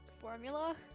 formula